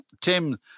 Tim